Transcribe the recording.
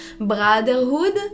brotherhood